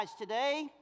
Today